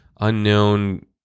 unknown